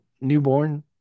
newborn